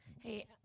Hey